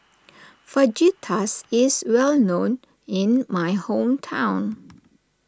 Fajitas is well known in my hometown